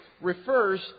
refers